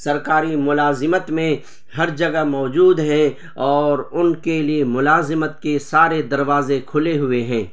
سرکاری ملازمت میں ہر جگہ موجود ہیں اور ان کے لیے ملازمت کے سارے دروازے کھلے ہوئے ہیں